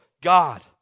God